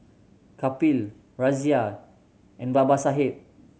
Kapil Razia and Babasaheb